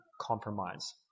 compromise